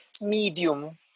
medium